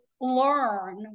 learn